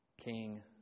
King